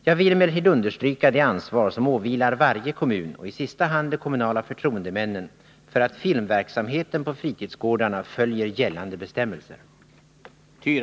Jag vill emellertid understryka det ansvar som åvilar varje kommun, och i sista hand de kommunala förtroendemännen, för att filmverksamheten på fritidsgårdarna följer gällande bestämmelser.